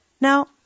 Now